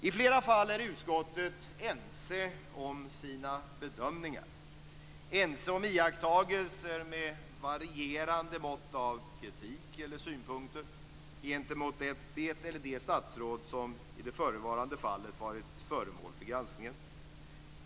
I flera fall är utskottet ense om sina bedömningar, ense om iakttagelser med varierande mått av kritik eller synpunkter gentemot det eller de statsråd som i det förevarande fallet varit föremål för granskningen.